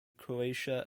croatia